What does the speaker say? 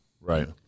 Right